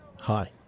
Hi